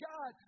God